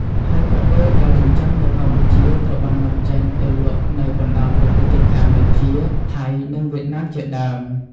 ហើយក្រពើដែលចិញ្ចឹមនៅកម្ពុជាត្រូវបាននាំចេញទៅលក់នៅបណ្តាប្រទេសជិតខាងដូចជា ថៃ និង វៀតណាមជាដើម។